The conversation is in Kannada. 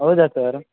ಹೌದಾ ಸರ್